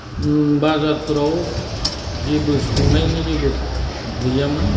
बाजारफोराव जेबो संनायनि जेबो गैयामोन